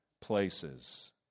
places